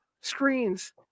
screens